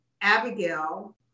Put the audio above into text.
Abigail